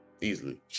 Easily